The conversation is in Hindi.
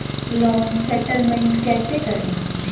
लोन सेटलमेंट कैसे करें?